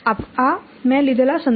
આ મે લીધેલા સંદર્ભો છે